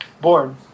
Born